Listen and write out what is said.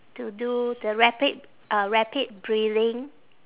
to do the rapid uh rapid breathing